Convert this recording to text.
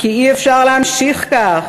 כי אי-אפשר להמשיך כך.